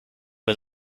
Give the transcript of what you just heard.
was